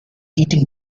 eating